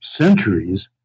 centuries